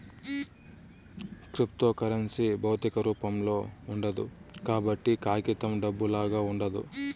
cryptocurrency భౌతిక రూపంలో ఉండదు కాబట్టి కాగితం డబ్బులాగా ఉండదు